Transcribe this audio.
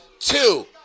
Two